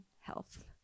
health